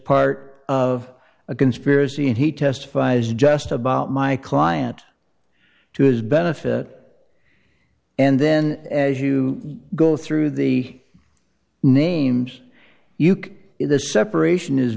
part of a conspiracy and he testifies just about my client to his benefit and then as you go through the names uke this separation is